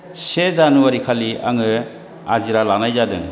से जानुवारि खालि आङो आजिरा लानाय जादों